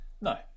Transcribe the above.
No